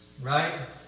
right